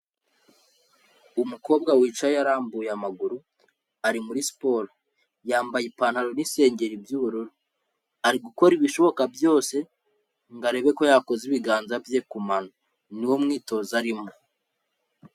Umukobwa wicaye arambuye amaguru ari muri siporo, yambaye ipantaro n'isengeri by'ubururu. Ari gukora ibishoboka byose ngo arebe ko yakoza ibiganza bye ku mano. Ni wo mwitozo arimo.